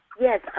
Yes